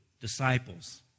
disciples